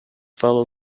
follow